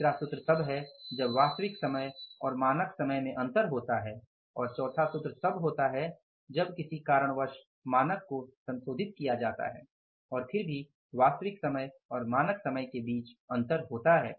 तीसरा सूत्र तब है जब वास्तविक समय और मानक समय में अंतर होता है और चौथा सूत्र तब होता है जब किसी कारणवश मानक को संशोधित किया जाता है और फिर भी वास्तविक समय और मानक समय के बीच अंतर होता है